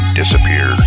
disappear